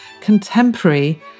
contemporary